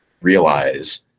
realize